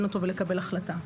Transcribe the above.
ולקבל החלטה.